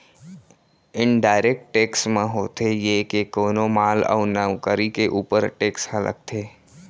indirect tax म होथे ये के कोनो माल अउ नउकरी के ऊपर टेक्स ह लगथे